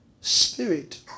spirit